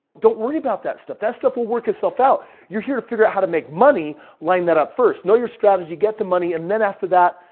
don't worry about that stuff. that stuff will work yourself out. you're here to figure out how to make money line that up first. know your strategy, get the money and then after that,